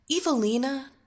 Evelina